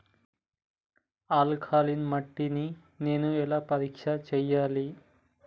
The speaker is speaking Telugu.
ఆల్కలీన్ మట్టి ని నేను ఎలా పరీక్ష చేయాలి?